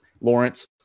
Lawrence